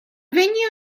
venue